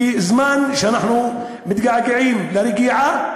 בזמן שאנחנו מתגעגעים לרגיעה,